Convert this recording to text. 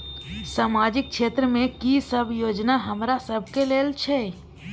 सामाजिक क्षेत्र में की सब योजना हमरा सब के लेल छै?